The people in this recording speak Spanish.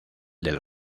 del